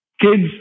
kids